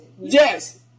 Yes